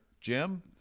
Jim